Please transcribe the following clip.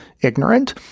ignorant